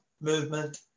movement